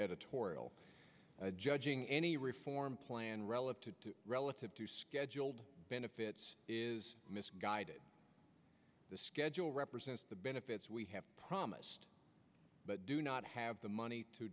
editorial judging any reform plan relative to relative to scheduled benefits is misguided the schedule represents the benefits we have promised but do not have the money to